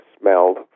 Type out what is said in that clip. smelled